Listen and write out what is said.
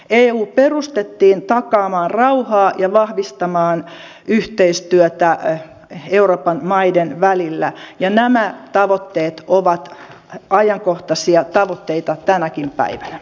eu perustettiin takaamaan rauhaa ja vahvistamaan yhteistyötä euroopan maiden välillä ja nämä tavoitteet ovat ajankohtaisia tavoitteita tänäkin päivänä